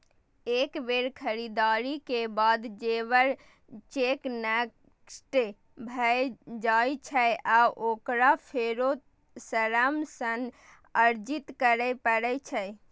एक बेर खरीदारी के बाद लेबर चेक नष्ट भए जाइ छै आ ओकरा फेरो श्रम सँ अर्जित करै पड़ै छै